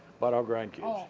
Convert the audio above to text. but our grand-kids.